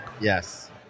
Yes